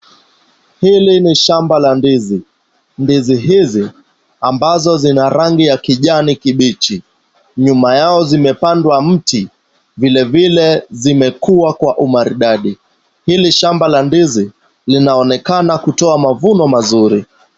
Hili ni shamba la ndizi. Ndizi hizi ambazo zina rangi ya kijani kibichi. Nyuma yao zimepandwa mti, vilevile zimekua kwa umaridadi. Hili shamba la ndizi, linaonekana kutoa mavuno mazuri.